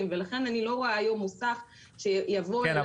ולכן אני לא רואה היום מוסך שיבוא --- כן,